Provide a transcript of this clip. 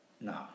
no